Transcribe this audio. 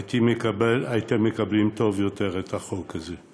הייתם מקבלים טוב יותר את החוק הזה.